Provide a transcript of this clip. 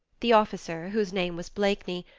the officer, whose name was blakeney,